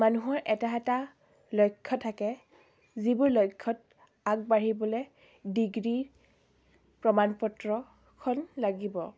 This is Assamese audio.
মানুহৰ এটা এটা লক্ষ্য থাকে যিবোৰ লক্ষ্যত আগবাঢ়িবলৈ ডিগ্ৰীৰ প্ৰমাণপত্ৰখন লাগিব